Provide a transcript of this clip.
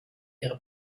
ihre